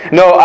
no